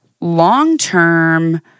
long-term